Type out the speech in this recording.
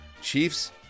Chiefs